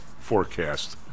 forecast